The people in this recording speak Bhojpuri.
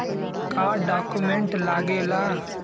का डॉक्यूमेंट लागेला?